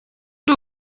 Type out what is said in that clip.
ndi